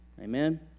Amen